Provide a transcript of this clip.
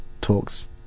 talk's